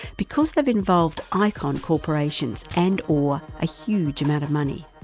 because they've involved icon corporations and or a huge amount of money.